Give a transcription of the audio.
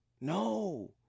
No